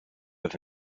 have